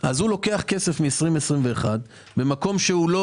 אז הוא לוקח כסף מ-2021 במקום שהוא לא